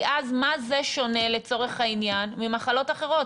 כי אז מה זה שונה לצורך העניין ממחלות אחרות?